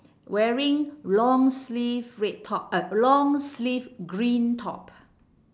wearing long sleeve red top uh long sleeve green top